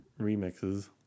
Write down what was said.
remixes